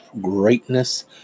Greatness